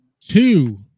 two